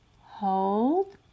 hold